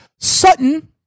Sutton